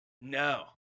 no